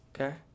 Okay